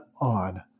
on